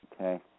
Okay